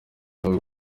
ahubwo